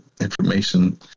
information